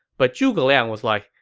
but zhuge liang was like,